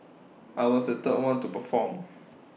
I was the third one to perform